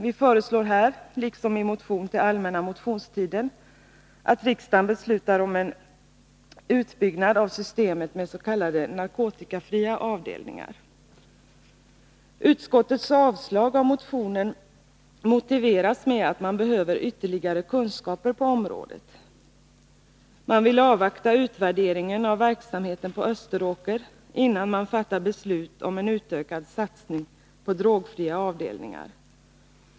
Vi föreslår här liksom i motion under allmänna motionstiden att riksdagen beslutar om en utbyggnad av systemet med s.k. narkotikafria avdelningar. Utskottets avstyrkande av motionen motiveras med att man behöver ytterligare kunskaper på området. Man vill avvakta utvärderingen av verksamheten på Österåker, innan man fattar beslut om en utökad satsning på drogfria avdelningar.